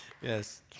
yes